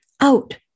out